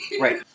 Right